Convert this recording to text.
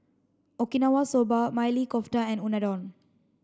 Okinawa soba Maili Kofta and Unadon